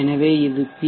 எனவே இது பி